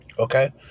Okay